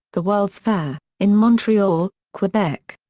the world's fair, in montreal, quebec.